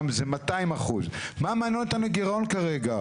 זה יחס של 200%. מה מניע אותנו לגירעון כרגע?